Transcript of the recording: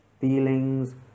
feelings